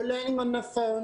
אנחנו לומדים בטלפון,